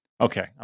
okay